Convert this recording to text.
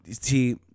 see